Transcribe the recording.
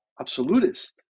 absolutist